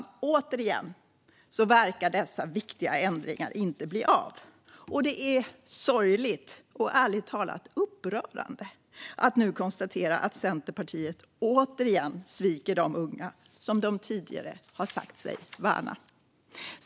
Det verkar som att dessa viktiga ändringar inte bli av. Det är sorgligt och ärligt talat upprörande att nu konstatera att Centerpartiet återigen sviker de unga som de tidigare har sagt sig värna.